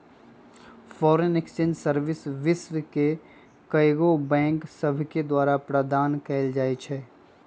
foreign exchange service विश्व के कएगो बैंक सभके द्वारा प्रदान कएल जाइ छइ